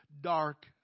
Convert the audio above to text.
dark